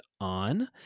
on